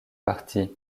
parties